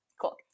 Cool